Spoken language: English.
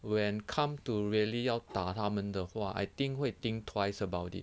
when come to really 要打他们的话 I think 会 think twice about it